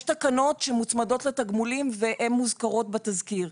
יש תקנות שמוצמדות לתגמולים והן מוזכרות בתזכיר,